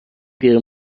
پیر